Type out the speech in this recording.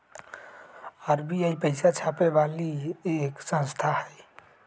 RBI पैसा छापे वाली एक संस्था हई